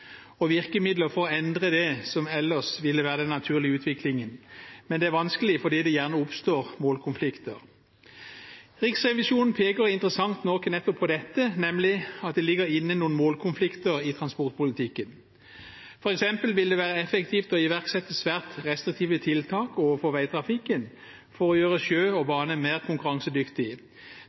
og virkemidler for å endre det som ellers ville være den naturlige utviklingen, men det er vanskelig fordi det gjerne oppstår målkonflikter. Riksrevisjonen peker interessant nok nettopp på dette, nemlig at det ligger inne noen målkonflikter i transportpolitikken. For eksempel vil det være effektivt å iverksette svært restriktive tiltak overfor veitrafikken for å gjøre sjø og bane mer konkurransedyktig.